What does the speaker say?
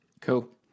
cool